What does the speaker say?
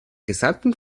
gesamten